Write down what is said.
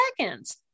seconds